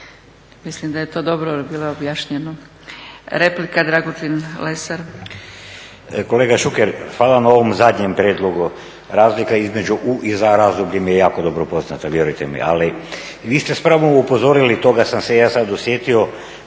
mislim da je to dobro bilo objašnjeno. Replika, Dragutin Lesar.